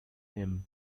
him